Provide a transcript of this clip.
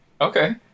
okay